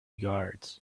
guards